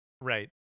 Right